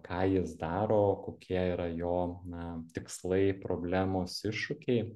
ką jis daro kokie yra jo na tikslai problemos iššūkiai